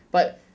but